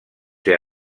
ser